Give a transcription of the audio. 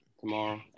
Tomorrow